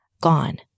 gone